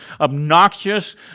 obnoxious